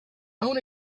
own